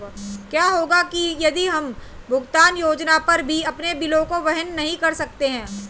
क्या होगा यदि हम भुगतान योजना पर भी अपने बिलों को वहन नहीं कर सकते हैं?